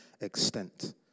extent